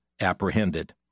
apprehended